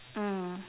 mm